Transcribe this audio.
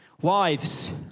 Wives